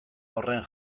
horren